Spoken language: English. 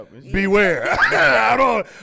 beware